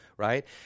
right